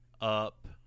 up